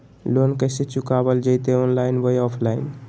Loan कैसे चुकाबल जयते ऑनलाइन बोया ऑफलाइन?